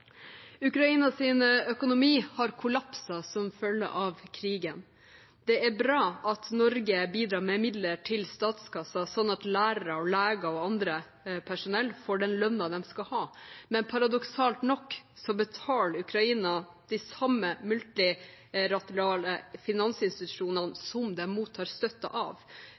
følge av krigen. Det er bra at Norge bidrar med midler til statskassen, sånn at lærere, leger og annet personell får den lønnen de skal ha, men paradoksalt nok betaler Ukraina til de samme multilaterale finansinstitusjonene som de mottar støtte av.